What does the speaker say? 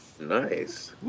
Nice